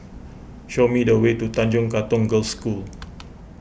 show me the way to Tanjong Katong Girls' School